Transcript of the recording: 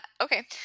Okay